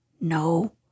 No